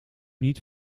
niet